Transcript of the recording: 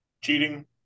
cheating